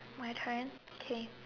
my turn okay